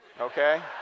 okay